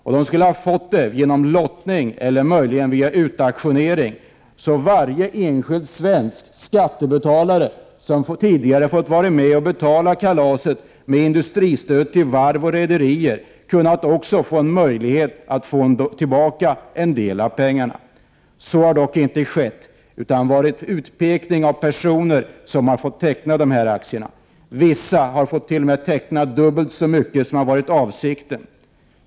Och det skulle ha skett genom lottning eller via utauktionering, så att varje enskild svensk skattebetalare, som tidigare fått vara med om att betala kalaset med industristöd till varv och rederier, också haft en möjighet att få tillbaka en del av pengarna. Så har dock inte skett, utan det har förekommit ett utpekande av personer som har fått teckna dessa aktier. Vissa har fått teckna t.o.m. dubbelt mer än vad som har varit avsikten.